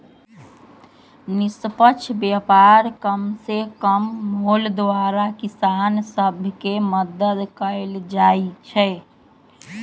निष्पक्ष व्यापार कम से कम मोल द्वारा किसान सभ के मदद कयल जाइ छै